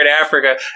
Africa